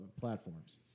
platforms